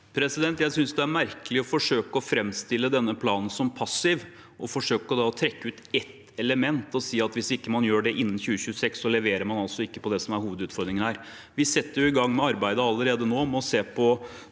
Jeg synes det er merkelig å forsøke å framstille denne planen som passiv, og forsøke å trekke ut ett element og si at hvis man ikke gjør det innen 2026, leverer man ikke på det som er hovedutfordringen her. Vi setter jo allerede nå